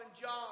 John